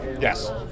Yes